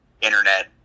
internet